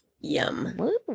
Yum